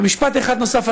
ומשפט אחד נוסף,